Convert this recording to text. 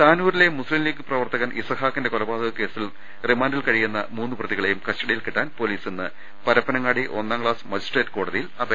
താനൂരിലെ മൂസ്തീം ലീഗ് പ്രവർത്തകൻ ഇസഹാഖിന്റെ കൊല പാതക്കേസിൽ റിമാന്റിലുള്ള മൂന്ന് പ്രതികളേയും കസ്റ്റഡിയിൽ കിട്ടാൻ പൊലീസ് ഇന്ന് പരപ്പനങ്ങാടി ഒന്നാം ക്ലാസ് മജിസ്ട്രേറ്റ് കോട തിയിൽ അപേക്ഷ നൽകും